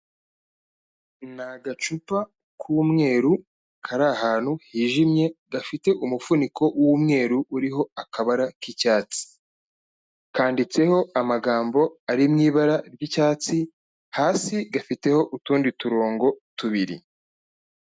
Ni agacupa k'umweru kari ahantu hijimye, gafite umufuniko w'umweru uriho akabara k'icyatsi. Kanditseho amagambo ari mu ibara ry'icyatsi, hasi gafiteho utundi turongo tubiri.